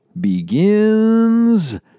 begins